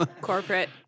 Corporate